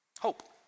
Hope